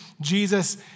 Jesus